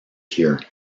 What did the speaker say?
here